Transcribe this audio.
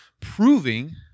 proving